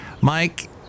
Mike